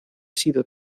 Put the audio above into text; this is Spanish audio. sido